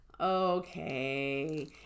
okay